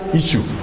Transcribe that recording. issue